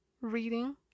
reading